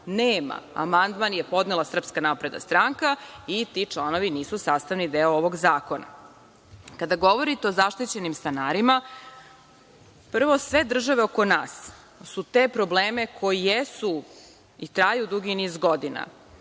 Amandman je podnela SNS i ti članovi nisu sastavni deo ovog zakona. Kada govorite o zaštićenim stanarima, prvo sve države oko nas su te probleme koji jesu i traju dugi niz godina